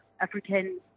African